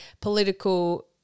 political